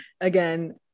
again